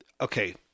okay